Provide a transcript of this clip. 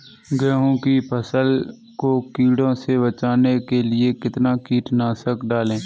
गेहूँ की फसल को कीड़ों से बचाने के लिए कितना कीटनाशक डालें?